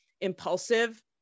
impulsive